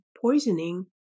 poisoning